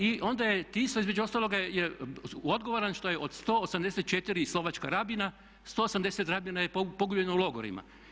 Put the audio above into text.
I onda je Tiso između ostaloga odgovoran što je od 184 slovačka rabina 180 rabina je pogubljeno u logorima.